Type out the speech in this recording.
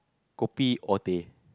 kopi or teh